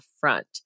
front